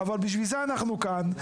אבל בשביל זה אנחנו כאן,